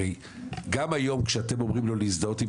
הרי גם היום כשאתם אומרים לו להזדהות עם